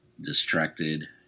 distracted